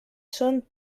són